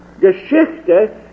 Geschichte